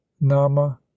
nama